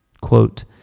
Quote